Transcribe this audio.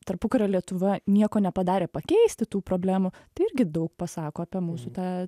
tarpukario lietuva nieko nepadarė pakeisti tų problemų tai irgi daug pasako apie mūsų tą